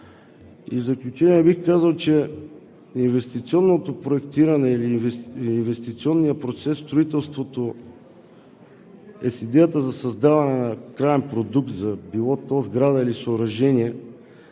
В заключение бих казал, че инвестиционното проектиране или инвестиционният процес в строителството е с идеята за създаване на краен продукт – било то сграда или съоръжение,